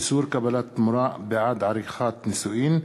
איסור קבלת תמורה בעד עריכת נישואין),